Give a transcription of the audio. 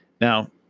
Now